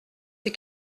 ces